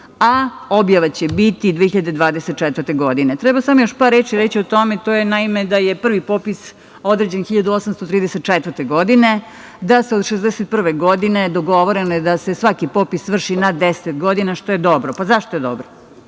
a objava će biti 2024. godine. Treba samo još par reči reći o tome, to je naime, da je prvi popis određen 1834. godine, da se od 1961. godine, dogovoreno je da se svaki popis vrši na 10 godine, što je dobro.Zašto je dobro?